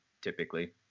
typically